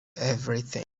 everything